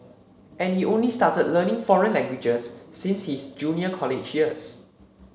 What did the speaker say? and he only started learning foreign languages since his junior college years